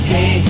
Hey